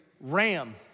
ram